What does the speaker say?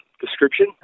description